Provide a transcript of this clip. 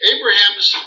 Abraham's